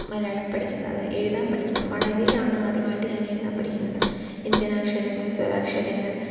മലയാളം പഠിക്കുന്നത് അത് എഴുതാൻ പഠിക്കുന്നത് മണലിലാണ് ആദ്യമായിട്ട് ഞാൻ എഴുതാൻ പഠിക്കുന്നത് വ്യഞ്ജനാക്ഷരങ്ങൾ സ്വരാക്ഷരങ്ങൾ